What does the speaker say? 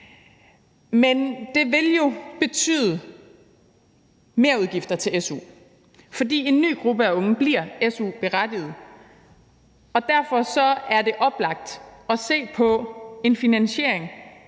men det vil jo betyde merudgifter til su, fordi en ny gruppe af unge bliver su-berettiget, og derfor er det oplagt at se på en finansiering